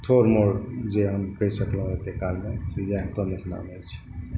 थोड़ मोड़ जे हम कहि सकलहुँ एतेक कालमे से यैह प्रमुख नाम अछि